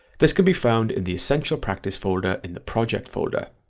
this can be found in the essential practice folder in the project folder.